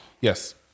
Yes